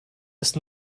ist